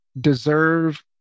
deserve